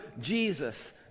Jesus